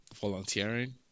volunteering